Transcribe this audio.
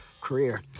career